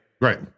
Right